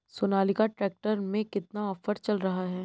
Sonalika tractor में कितना offer चल रहा है?